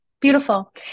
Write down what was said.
Beautiful